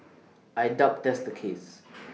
I doubt that's the case